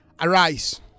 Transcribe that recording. arise